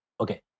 okay